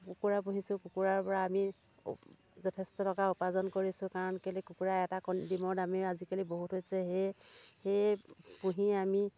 কুকুৰা পুহিছোঁ কুকুৰাৰ পৰা আমি যথেষ্ট টকা উপাৰ্জন কৰিছোঁ কাৰণ কেলে কুকুৰাৰ এটা কণী ডিমৰ দামেই আজিকালি বহুত হৈছে সেয়ে সেয়ে পুহি আমি